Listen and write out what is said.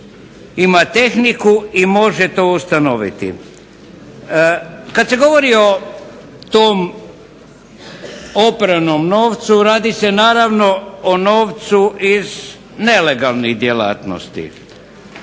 ima tehniku i može to ustanoviti. Kad se govori o tom opranom novcu radi se naravno o novcu iz nelegalnih djelatnosti.